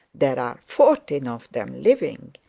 there are fourteen of them living!